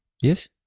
Yes